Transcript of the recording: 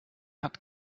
hat